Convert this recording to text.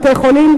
בתי-חולים,